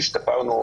אנחנו השתפרנו,